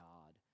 God